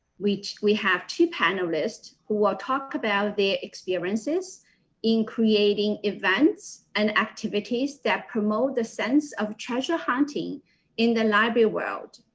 we we have two panelists who will talk about their experiences in creating events and activities that promote the sense of treasure hunting in the library world.